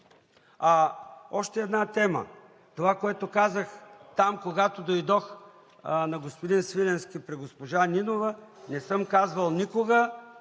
Още една тема. Това, което казах там, когато дойдох, на господин Свиленски при госпожа Нинова, не съм казвал никога